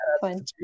fun